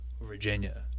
Virginia